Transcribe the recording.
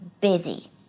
busy